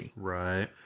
Right